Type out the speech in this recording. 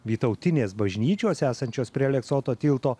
vytautinės bažnyčios esančios prie aleksoto tilto